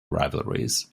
rivalries